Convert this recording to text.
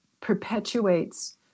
perpetuates